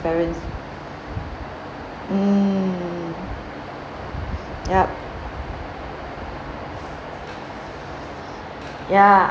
my parents mm yup ya